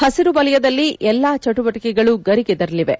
ಹಸಿರು ವಲಯದಲ್ಲಿ ಎಲ್ಲ ಚಟುವಟಿಕೆಗಳು ಗರಿಗೆದರಲಿವೆ